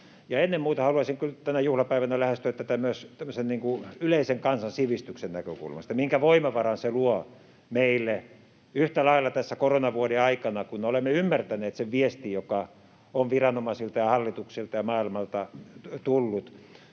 soveltuva. Haluaisin kyllä tänä juhlapäivänä lähestyä tätä myös tämmöisen yleisen kansansivistyksen näkökulmasta, minkä voimavaran se luo meille yhtä lailla tässä koronavuoden aikana, kun olemme ymmärtäneet sen viestin, joka on viranomaisilta ja hallitukselta ja maailmalta tullut.